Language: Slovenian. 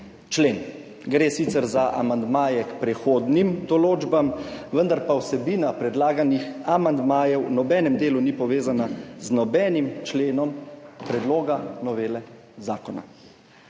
Gre sicer za amandmaje k prehodnim določbam, vendar pa vsebina predlaganih amandmajev v nobenem delu ni povezana z nobenim členom predloga novele zakona.